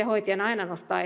hoitajana aina